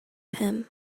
him